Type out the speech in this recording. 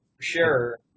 Sure